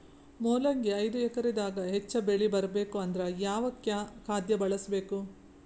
ಮೊಲಂಗಿ ಐದು ಎಕರೆ ದಾಗ ಹೆಚ್ಚ ಬೆಳಿ ಬರಬೇಕು ಅಂದರ ಯಾವ ಖಾದ್ಯ ಬಳಸಬೇಕು?